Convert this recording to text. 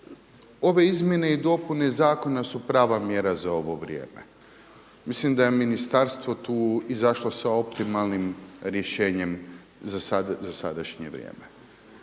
ove izmjene i dopune zakona su prava mjera za ovo vrijeme. Mislim da je ministarstvo tu izašlo sa optimalnim rješenjem za sadašnje vrijeme.